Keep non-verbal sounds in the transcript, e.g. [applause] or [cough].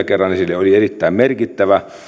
[unintelligible] kerran esille oli erittäin merkittävä